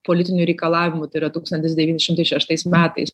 politinių reikalavimų tai yra tūkstantis devyni šimtai šeštais metais